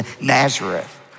Nazareth